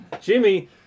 Jimmy